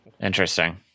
Interesting